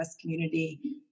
community